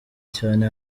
cyane